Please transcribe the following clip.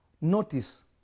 Notice